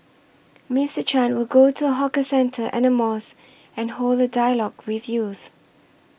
Mister Chan will go to a hawker centre and a mosque and hold a dialogue with youth